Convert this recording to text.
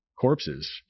corpses